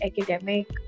academic